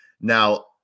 Now